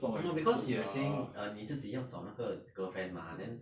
no because you were saying uh 你自己要找那个 girlfriend mah then